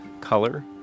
color